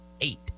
eight